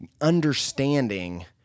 understanding